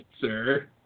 sir